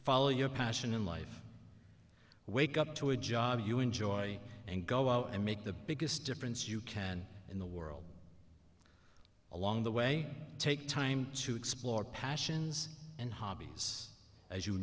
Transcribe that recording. follow your passion in life wake up to a job you enjoy and go out and make the biggest difference you can in the world along the way take time to explore passions and hobbies as you